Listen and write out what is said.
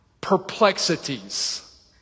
perplexities